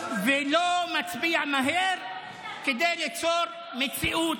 ולא מצביע מהר כדי ליצור מציאות